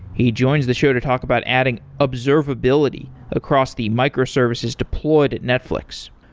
he joins the show to talk about adding observability across the microservices deployed at netflix.